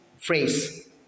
phrase